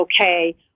okay